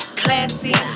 classy